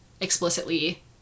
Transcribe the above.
explicitly